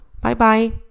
Bye-bye